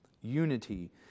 Unity